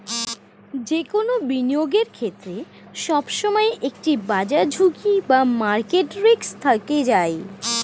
যে কোনো বিনিয়োগের ক্ষেত্রে, সবসময় একটি বাজার ঝুঁকি বা মার্কেট রিস্ক থেকেই যায়